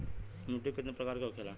मिट्टी कितने प्रकार के होखेला?